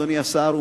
אדוני השר,